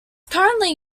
currently